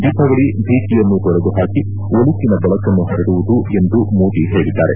ದೀಪಾವಳಿ ಭೀತಿಯನ್ನು ತೊಡೆದು ಹಾಕಿ ಒಳಿತಿನ ಬೆಳಕನ್ನು ಹರಡುವುದು ಎಂದು ಮೋದಿ ಹೇಳಿದ್ದಾರೆ